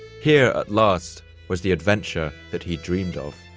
here at last was the adventure that he dreamed of.